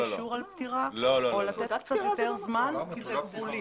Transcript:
או לתת קצת יותר זמן כי זה גבולי.